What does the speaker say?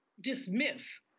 dismiss